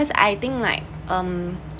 cause I think like um